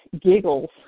giggles